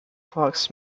clocks